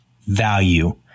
value